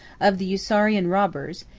of the isaurian robbers,